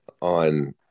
on